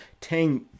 Tang